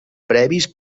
previs